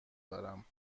دارم